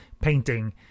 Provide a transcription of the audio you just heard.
painting